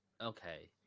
Okay